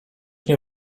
nie